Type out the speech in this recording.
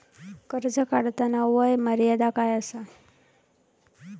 कर्ज काढताना वय मर्यादा काय आसा?